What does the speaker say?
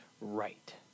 right